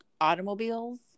automobiles